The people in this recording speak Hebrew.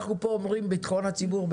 אנחנו פה מדברים על ביטחון הציבור,